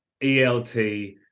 ELT